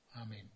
Amen